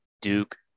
Duke